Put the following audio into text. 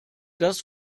das